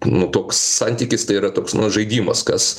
nu toks santykis tai yra toks žaidimas kas